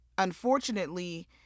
Unfortunately